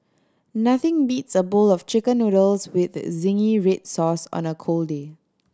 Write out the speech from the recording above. nothing beats a bowl of Chicken Noodles with zingy red sauce on a cold day